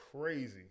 crazy